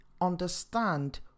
understand